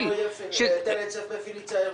למה לא יהיה היטל היצף בפניציה ירוחם?